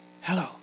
hello